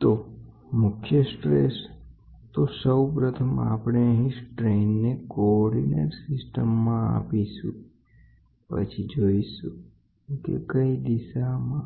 તો મુખ્ય સ્ટ્રેસ તો સૌ પ્રથમ આપણે અહીં સ્ટ્રેન ને કોર્ડીનેટ સિસ્ટમમાં આપીશું પછી જોઈશું કે એક વખત સ્ટ્રેન 3 આવ્યા આપણે જોઇશુ કે એક દિશાનું